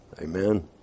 Amen